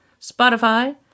Spotify